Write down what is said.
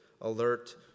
alert